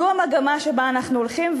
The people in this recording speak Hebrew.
זו המגמה שבה אנחנו הולכים,